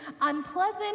unpleasant